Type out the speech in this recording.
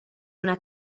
una